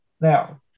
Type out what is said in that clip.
Now